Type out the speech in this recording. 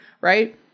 right